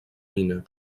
mines